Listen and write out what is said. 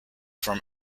from